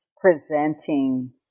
presenting